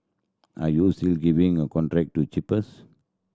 are you still giving a contract to cheapest